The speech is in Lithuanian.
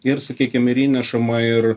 ir sakykim ir įnešama ir